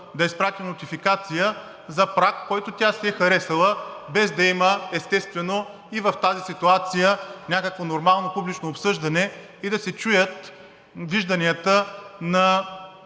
да изпрати нотификация за праг, който тя си е харесала, без да има, естествено, и в тази ситуация някакво нормално публично обсъждане и да се чуят вижданията на